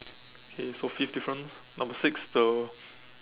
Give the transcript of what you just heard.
okay so fifth difference number six the